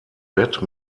bett